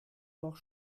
noch